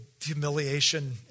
humiliation